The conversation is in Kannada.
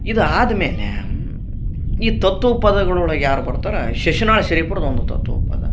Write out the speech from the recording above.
ಇದು ಆದ್ಮೇಲೆ ಈ ತತ್ವ ಪದಗಳೊಳಗೆ ಯಾರು ಬರ್ತರ ಈ ಶಿಶುನಾಳ ಶರೀಪರದ್ದು ಒಂದು ತತ್ವ ಪದ